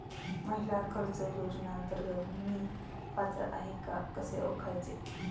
महिला कर्ज योजनेअंतर्गत मी पात्र आहे का कसे ओळखायचे?